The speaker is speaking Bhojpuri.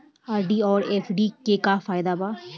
आर.डी आउर एफ.डी के का फायदा बा?